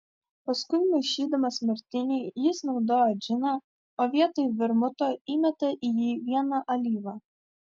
paskui maišydamas martinį jis naudoja džiną o vietoj vermuto įmeta į jį vieną alyvą